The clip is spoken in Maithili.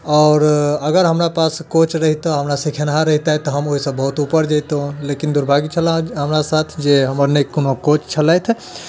आओर अगर हमरा पास कोच रहितै हमरा सीखेनिहार रहितैथ तऽ हम ओहिसँ बहुत ऊपर जइतहुॅं लेकिन दुर्भाग्य छल हमरा साथ जे हमरा नहि कोनो कोच छलथि